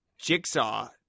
Jigsaw